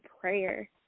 prayer